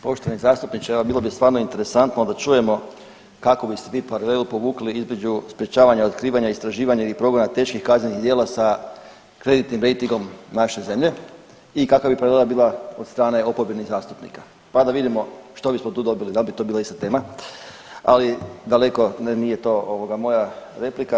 Poštovani zastupniče, evo bilo bi stvarno interesantno da čujemo kakvu biste vi paralelu povukli između sprječavanja, otkrivanja, istraživanja i progona teških kaznenih djela sa kreditnim rejtingom naše zemlje i kakva bi … [[Govornik se ne razumije]] bila od strane oporbenih zastupnika, pa da vidimo što bismo tu dobili, dal bi to bila ista tema, ali daleko, ne, nije to ovoga moja replika.